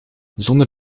zonder